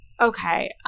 Okay